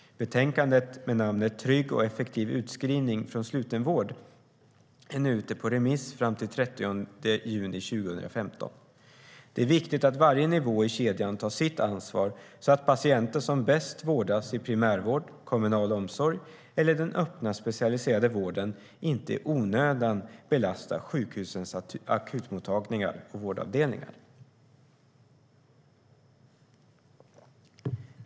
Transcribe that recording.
Betänkandet med namnet Trygg och effektiv utskrivning från sluten vård är nu ute på remiss fram till den 30 juni 2015. Det är viktigt att varje nivå i kedjan tar sitt ansvar, så att patienter som bäst vårdas i primärvård, kommunal omsorg eller den öppna specialiserade vården inte i onödan belastar sjukhusens akutmottagningar och vårdavdelningar.